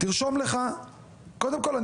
קודם כול,